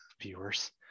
viewers